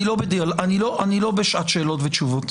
אני לא בשעת שאלות ותשובות.